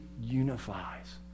unifies